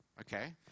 okay